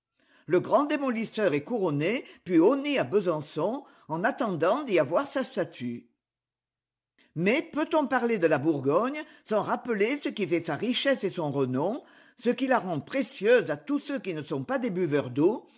le grand démolisseur est couronné puis honni à besançon en attendant d'y avoir sa statue mais peut-on parler de la bourgogne saas rappeler ce qui fait sa richesse et son renom ce qui la rend précieuse à tous ceux qui ne sont pas des buveurs d'eau